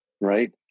right